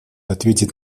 ответить